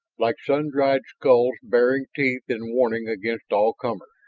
like sun-dried skulls baring teeth in warning against all comers.